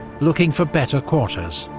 looking for better quarters.